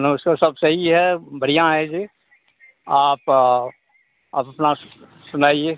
नमस्कार सब सही है बढ़िया है जी आप आप अपना सुनाइए